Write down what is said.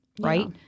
right